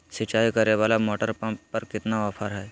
सिंचाई करे वाला मोटर पंप पर कितना ऑफर हाय?